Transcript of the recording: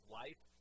life